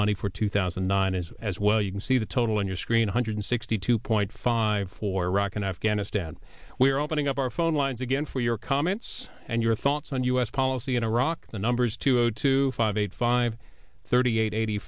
money for two thousand and nine is as well you can see the total in your screen hundred sixty two point five for iraq and afghanistan we are opening up our phone lines again for your comments and your thoughts on u s policy in iraq the numbers two zero two five eight five thirty eight eighty